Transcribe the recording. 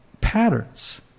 patterns